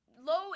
Low